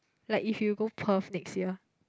like if you go Perth next year